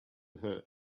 her